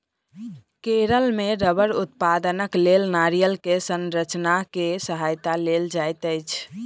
केरल मे रबड़ उत्पादनक लेल नारियल के संरचना के सहायता लेल जाइत अछि